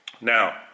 now